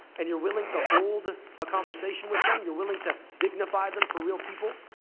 and you're willing to hold a conversation with them, you're willing to dignify them for real people,